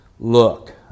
look